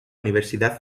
universidad